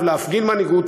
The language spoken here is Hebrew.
טראמפ,